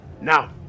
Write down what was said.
Now